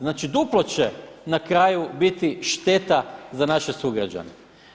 Znači duplo će na kraju biti šteta za naše sugrađane.